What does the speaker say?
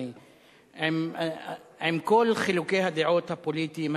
עם כל חילוקי הדעות הפוליטיים,